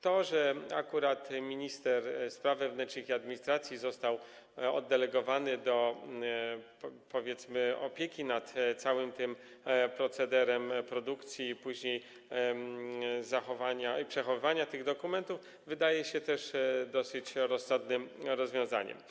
To, że akurat minister spraw wewnętrznych i administracji został oddelegowany, powiedzmy, do opieki nad tym całym procederem produkcji, a później zachowania i przechowywania tych dokumentów, wydaje się też dosyć rozsądnym rozwiązaniem.